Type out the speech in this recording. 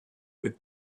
with